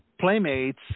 Playmates